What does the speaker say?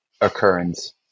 occurrence